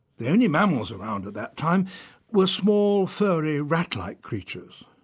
the only mammals around at that time were small, furry, rat-like creatures.